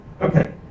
Okay